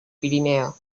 pirineo